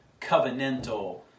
covenantal